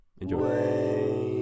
enjoy